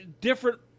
different